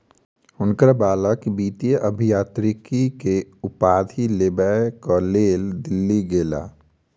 हुनकर बालक वित्तीय अभियांत्रिकी के उपाधि लेबक लेल दिल्ली गेला